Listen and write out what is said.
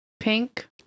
Pink